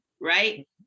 right